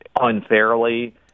unfairly